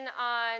on